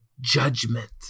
judgment